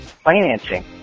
financing